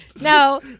no